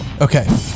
Okay